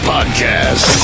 Podcast